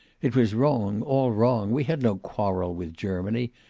it was wrong, all wrong. we had no quarrel with germany.